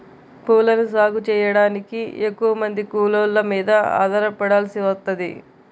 పూలను సాగు చెయ్యడానికి ఎక్కువమంది కూలోళ్ళ మీద ఆధారపడాల్సి వత్తది